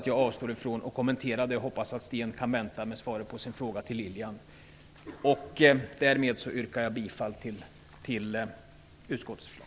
Jag avstår från att kommentera dem. Jag hoppas att Sten Andersson kan vänta med att få svar på sin fråga. Därmed yrkar jag bifall till utskottets förslag.